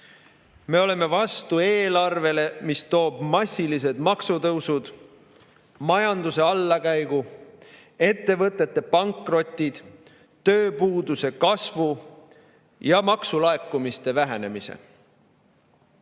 Me oleme vastu eelarvele, mis toob massilised maksutõusud, majanduse allakäigu, ettevõtete pankrotid, tööpuuduse kasvu ja maksulaekumiste vähenemise.